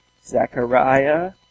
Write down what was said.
Zechariah